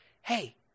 Hey